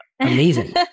amazing